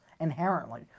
inherently